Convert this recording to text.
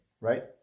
right